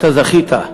אתה זכית.